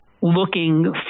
looking